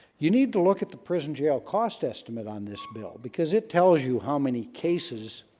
you need to look at the prison jail cost estimate on this bill because it tells you how many cases